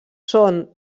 són